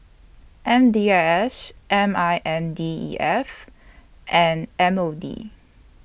M D I S M I N D E F and M O D